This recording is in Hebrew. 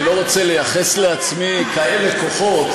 אני לא רוצה לייחס לעצמי כאלה כוחות,